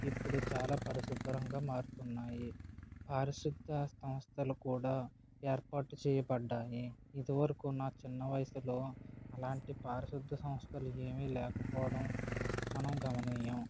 ఇప్పుడు చాలా పరిశుభ్రంగా మారుతున్నాయి పారిశుద్ధ సంస్థలు కూడా ఏర్పాటు చేయబడ్డాయి ఇదివరకు నా చిన్న వయసులో అలాంటి పారిశుద్ధ సంస్థలు ఏమీ లేకపోవడం మనం గమనీయం